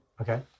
Okay